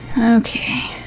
Okay